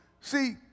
see